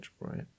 right